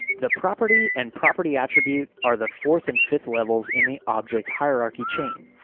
the property and property attribute are the fourth and fifth levels in the object hierarchy chain.